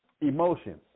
emotions